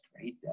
great